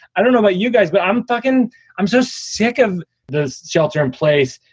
i don't know about you guys, but i'm fucking i'm just sick of this shelter in place.